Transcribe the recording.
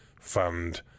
fund